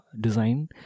design